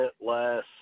less